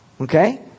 Okay